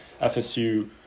FSU